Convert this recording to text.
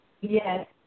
Yes